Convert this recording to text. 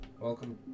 Welcome